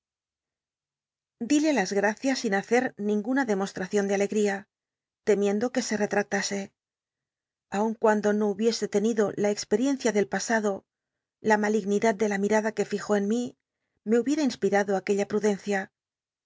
dile las gracias sin hacer ninguna demoslracion de alegl'in temiendo que se retractase aun cuando no hubiese tenido la experiencia del pasado la malignidad de la mirada cfue fijó en mi mi hubierí inspirado aquella prudencia